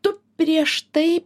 tu prieš tai